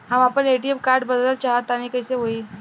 हम आपन ATM card बदलल चाह तनि कइसे होई?